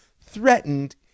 threatened